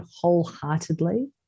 wholeheartedly